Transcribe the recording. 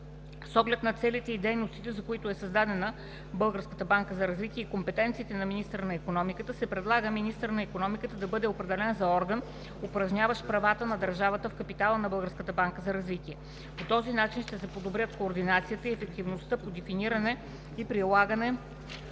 С оглед на целите и дейностите, за които е създадена Българската банка за развитие и компетенциите на министъра на икономиката, се предлага министърът на икономиката да бъде определен за орган, упражняващ правата на държавата в капитала на Българската банка за развитие. По този начин ще се подобрят координацията и ефективността по дефиниране и прилагане